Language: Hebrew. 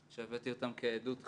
שהבאתי אותם כעדות חיה.